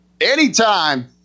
anytime